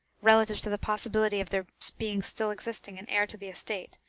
relative to the possibility of there being still existing an heir to the estate,